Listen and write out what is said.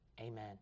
Amen